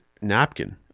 napkin